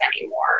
anymore